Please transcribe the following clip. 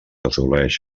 assoleix